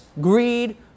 greed